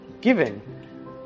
given